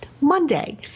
monday